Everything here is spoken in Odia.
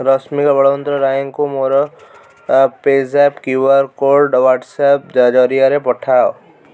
ରଶ୍ମିତା ବଳବନ୍ତରାୟଙ୍କୁ ମୋର PayZapp Q R code WhatsApp ଜରିଆରେ ପଠାଅ